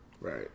Right